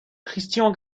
christian